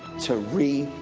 to reunit.